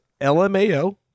lmao